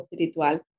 Espiritual